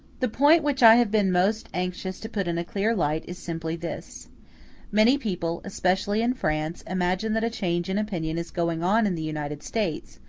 the point which i have been most anxious to put in a clear light is simply this many people, especially in france, imagine that a change in opinion is going on in the united states,